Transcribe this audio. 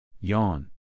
Yawn